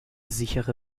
sichere